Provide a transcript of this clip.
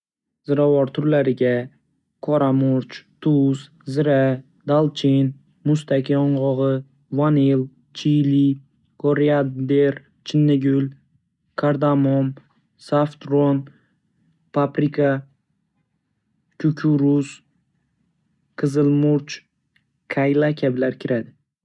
Ziravor turlariga: Qora murch, tuz, zira, dolchin, muskat yong‘og‘i, vanil, chili, koriander, chinnigul, kardamom, saftron, paprika, kukuruz yog‘i, qizil murch qayla kabilar kiradi.